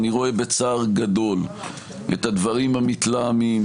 אני רואה בצער גדול את הדברים המתלהמים,